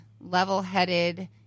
level-headed